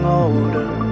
older